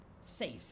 Safe